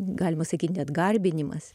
galima sakyti net garbinimas